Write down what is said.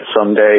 someday